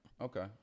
Okay